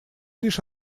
лишь